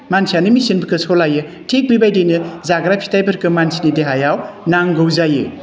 मानसियानो मेसिनफोरखौ सालायो थिक बेबायदिनो जाग्रा फिथाइफोरखौ मानसिनि देहायाव नांगौ जायो